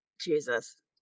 Jesus